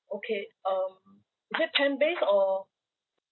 okay um is that pan based or